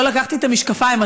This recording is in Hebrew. לא לקחתי את המשקפיים,